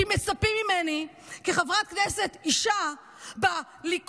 כי מצפים ממני כחברת הכנסת אישה בליכוד